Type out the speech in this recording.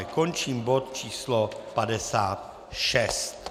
Končím bod číslo 56.